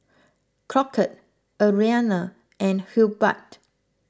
Crockett Arianna and Hubbard